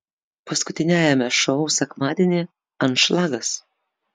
paskutiniajame šou sekmadienį anšlagas